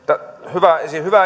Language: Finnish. hyvä